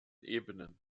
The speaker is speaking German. ebenen